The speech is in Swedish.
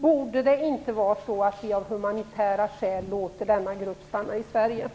Borde vi inte låta denna grupp stanna i Sverige av humanitära skäl?